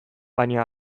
baina